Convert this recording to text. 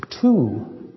two